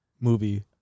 movie